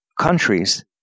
countries